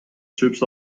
ships